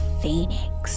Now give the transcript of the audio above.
Phoenix